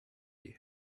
you